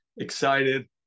excited